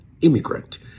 immigrant